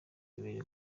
bibiri